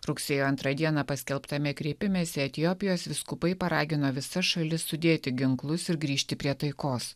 rugsėjo antrą dieną paskelbtame kreipimesi etiopijos vyskupai paragino visas šalis sudėti ginklus ir grįžti prie taikos